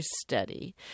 study